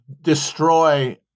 destroy